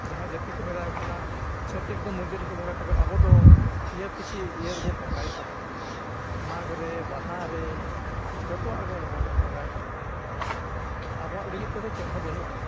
ᱡᱟᱦᱟᱸ ᱡᱟᱹᱛᱤ ᱠᱚ ᱢᱮᱛᱟᱠᱚ ᱠᱟᱱᱟ ᱪᱷᱟᱹᱛᱤᱠ ᱫᱚ ᱢᱚᱱᱫᱤᱨ ᱨᱮᱠᱚ ᱵᱚᱸᱜᱟᱭᱟ ᱛᱚᱵᱮ ᱟᱵᱚ ᱫᱚ ᱤᱭᱟᱹ ᱯᱤᱪᱷᱤ ᱤᱭᱟᱹ ᱨᱮᱵᱚ ᱵᱚᱸᱜᱟᱭᱮᱜᱼᱟ ᱵᱚᱱ ᱢᱟᱜᱽ ᱨᱮ ᱵᱟᱦᱟ ᱨᱮ ᱡᱚᱛᱚᱣᱟᱜ ᱨᱮᱵᱚᱱ ᱵᱚᱸᱜᱟᱭᱮᱜᱼᱟ ᱵᱚᱱ ᱟᱨ ᱟᱵᱚᱣᱟᱜ ᱞᱟᱹᱜᱤᱫ ᱛᱮᱫᱚ ᱪᱮᱫ ᱦᱚᱸ ᱵᱟᱹᱱᱩᱜ ᱟᱱᱟᱝ